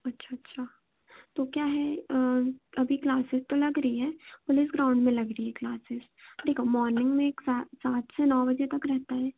अच्छा अच्छा तो क्या है अभी क्लासेज तो लग रही है पुलिस ग्राउंड में लग रही है क्लासेज देखो मॉर्निंग में एक सात से नौ बजे तक रहता है